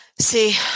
See